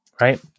right